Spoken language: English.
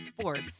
sports